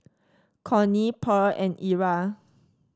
Connie Pearl and Era